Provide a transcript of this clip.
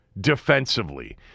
defensively